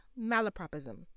malapropism